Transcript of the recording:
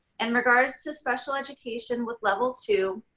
in regards to special education with level two,